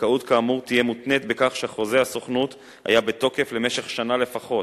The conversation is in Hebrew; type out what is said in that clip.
זכאות כאמור תהיה מותנית בכך שחוזה הסוכנות היה בתוקף במשך שנה לפחות,